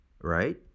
right